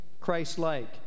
Christ-like